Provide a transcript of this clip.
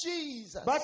Jesus